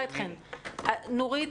הספורט בראייה מגדרית --- מעולה,